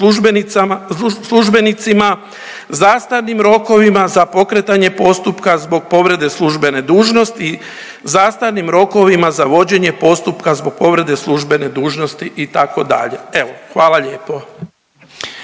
službenicima, zastarnim rokovima za pokretanje postupka zbog povrede službene dužnosti, zastarnim rokovima za vođenje postupka zbog povrede službene dužnosti itd. Evo hvala lijepo.